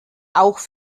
auch